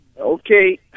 Okay